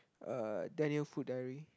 uh Daniel Food Diary